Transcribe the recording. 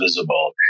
visible